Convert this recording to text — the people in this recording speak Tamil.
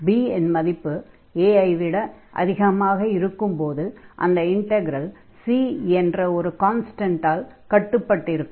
b இன் மதிப்பு a ஐ விட அதிகமாக இருக்கும் போது அந்த இன்டக்ரல் C என்ற ஒரு கான்ஸ்டண்டால் கட்டுப்பட்டிருக்கும்